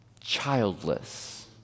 childless